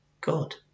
God